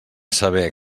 saber